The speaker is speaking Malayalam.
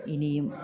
ഇനിയും